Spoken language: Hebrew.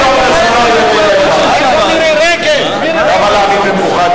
תמתינו עד אזולאי לרגע אחד, למה להעמיד במבוכה את